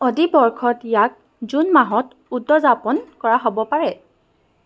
অধিবৰ্ষত ইয়াক জুন মাহত উদযাপন কৰা হ'ব পাৰে